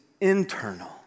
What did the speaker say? internal